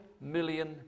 million